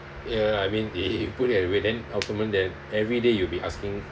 ya I mean y~ you put it that way then ultimately then everyday you will be asking